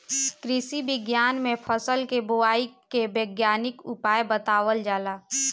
कृषि विज्ञान में फसल के बोआई के वैज्ञानिक उपाय बतावल जाला